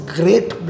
great